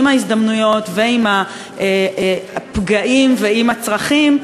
עם ההזדמנויות ועם הפגעים ועם הצרכים,